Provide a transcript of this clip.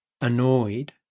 annoyed